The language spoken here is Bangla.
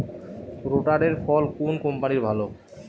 রোটারের ফল কোন কম্পানির ভালো?